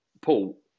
Paul